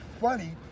funny